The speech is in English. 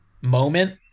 moment